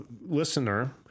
listener